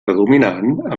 predominant